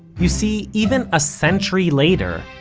you see, even a century later,